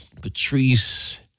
Patrice